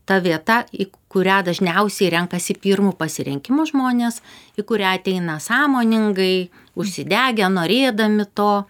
ta vieta į kurią dažniausiai renkasi pirmu pasirinkimu žmonės į kurią ateina sąmoningai užsidegę norėdami to